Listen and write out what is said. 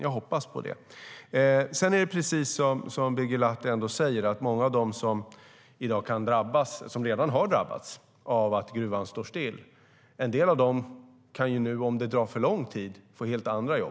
Jag hoppas det. Precis som Birger Lahti säger har många redan drabbats av att gruvan står still. En del kan, om det tar för lång tid, få helt andra jobb.